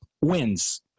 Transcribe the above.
wins